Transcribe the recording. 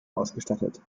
ausgestattet